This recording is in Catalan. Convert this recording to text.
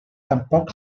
tampoc